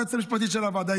היועצת המשפטית של הוועדה.